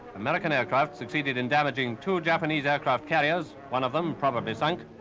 american aircraft succeeded in damaging two japanese aircraft carriers, one of them probably sunk,